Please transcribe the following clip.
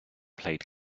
played